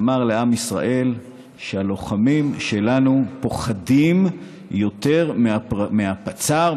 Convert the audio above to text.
הוא אמר לעם ישראל שהלוחמים שלנו פוחדים יותר מהפצ"ר,